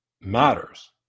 matters